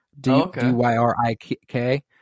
D-Y-R-I-K